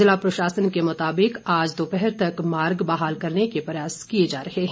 जिला प्रशासन के मुताबिक आज दोपहर तक मार्ग बहाल करने के प्रयास किए जा रहे हैं